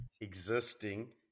existing